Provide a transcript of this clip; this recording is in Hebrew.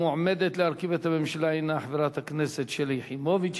והמועמדת להרכיב את הממשלה היא חברת הכנסת שלי יחימוביץ.